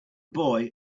boy